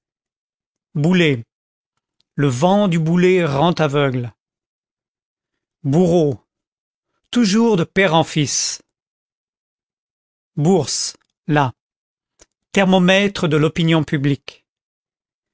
boulet le vent du boulet rend aveugle bourreau toujours de père en fils bourse la thermomètre de l'opinion publique